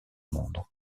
monde